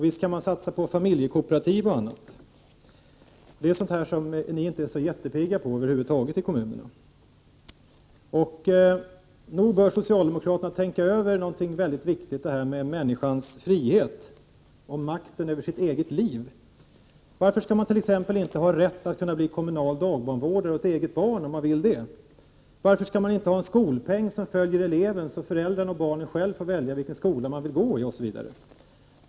Visst kan man satsa på familjekooperativ, men det är ni inte så pigga på ute i kommunerna. Nog bör socialdemokraterna tänka över frågan om människans frihet och hennes makt över sitt eget liv. Den frågan är väldigt viktig. Varför skall man t.ex. inte ha rätt att bli kommunal dagbarnvårdare åt eget barn om man vill det? Varför skall man inte ha en skolpeng som följer eleven så att barnen och föräldrarna själva får välja vilken skola barnen skall gå i osv.?